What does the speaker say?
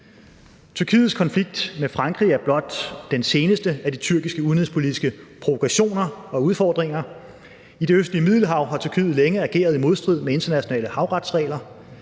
Tyrkiets konflikt med Frankrig er blot den seneste af de tyrkiske udenrigspolitiske provokationer og udfordringer. I det østlige Middelhav har Tyrkiet længe ageret i modstrid med internationale havretsregler.